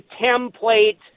template